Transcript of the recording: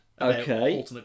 Okay